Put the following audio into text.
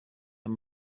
ayo